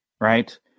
right